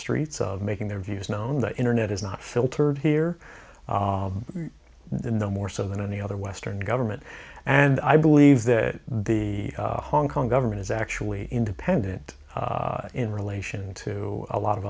streets of making their views known the internet is not filtered here no more so than any other western government and i believe that the hong kong government is actually independent in relation to a lot of